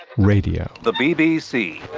radio the bbc